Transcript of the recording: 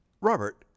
Robert